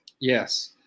Yes